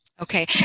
Okay